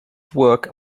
work